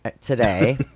today